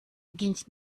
against